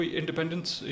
independence